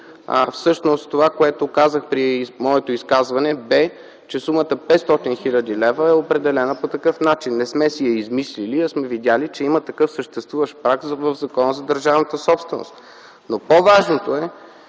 Всъщност това, което казах при моето изказване бе, че сумата 500 хил. лв. е определена по такъв начин – не сме си я измислили, а сме видели, че има такъв съществуващ праг в Закона за държавната собственост. По-важното е,